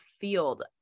field